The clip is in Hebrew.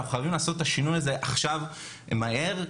אנחנו חייבים לעשות את השינוי הזה עכשיו, מהר.